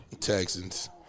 Texans